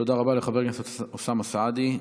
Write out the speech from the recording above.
תודה רבה לחבר הכנסת אוסאמה סעדי.